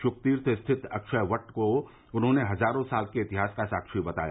श्कतीर्थ स्थित अक्षय वट वक्ष को उन्होंने हजारों साल के इतिहास का साक्षी बताया